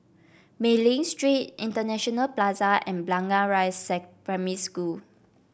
Mei Ling Street International Plaza and Blangah Rise Primary School